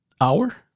hour